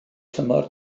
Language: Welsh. tymor